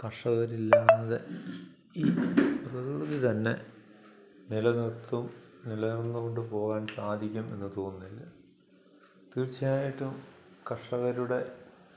കർഷകരില്ലാതെ ഈ പ്രകൃതി തന്നെ നിലനിർത്തും നിലനിന്നുകൊണ്ട് പോകാൻ സാധിക്കും എന്ന് തോന്നുന്നില്ല തീർച്ചയായിട്ടും കർഷകരുടെ